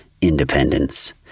independence